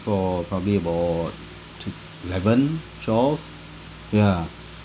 for probably about to eleven twelve ya